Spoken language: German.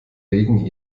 wegen